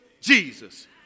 Jesus